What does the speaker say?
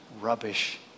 rubbish